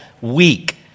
Week